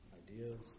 ideas